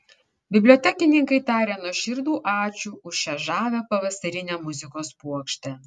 bibliotekininkai taria nuoširdų ačiū už šią žavią pavasarinę muzikos puokštę